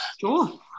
Sure